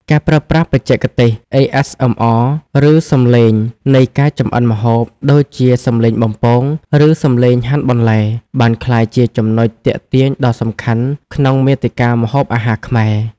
ការប្រើប្រាស់បច្ចេកទេស ASMR ឬសំឡេងនៃការចម្អិនម្ហូប ដូចជាសំឡេងបំពង ឬសំឡេងហាន់បន្លែ បានក្លាយជាចំណុចទាក់ទាញដ៏សំខាន់ក្នុងមាតិកាម្ហូបអាហារខ្មែរ។